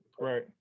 right